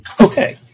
okay